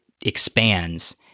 expands